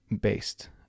based